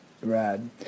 Rad